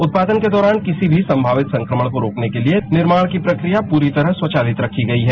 उत्पादन के दौरान किसी भी संगावित संक्रमण को रोकने के लिए निर्माण की प्रक्रिया पूरी तरह से स्वचालित रखी गयी है